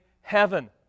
heaven